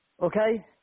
okay